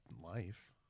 life